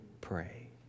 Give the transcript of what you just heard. pray